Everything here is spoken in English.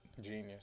Genius